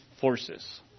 forces